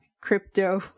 Crypto